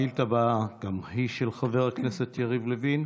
השאילתה הבאה גם היא של חבר הכנסת יריב לוין,